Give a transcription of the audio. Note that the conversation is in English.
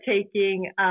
taking